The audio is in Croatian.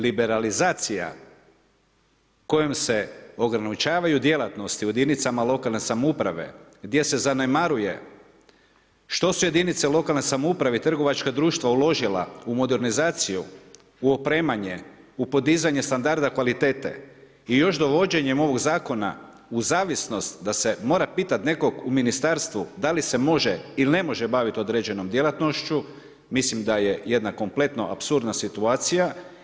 Liberalizacija kojom se ograničavaju djelatnosti u jedinicama lokalne samouprave gdje se zanemaruje što su jedinice lokalne samouprave i trgovačka društva uložila u modernizaciju, u opremanje, u podizanje standarda kvalitete i još dovođenjem ovoga zakona u zavisnost da se mora pitati nekoga u ministarstvu da li se može ili ne može baviti određenom djelatnošću, mislim da je jedna kompletno apsurdna situacija.